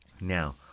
Now